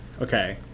okay